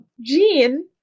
Gene